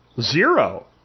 Zero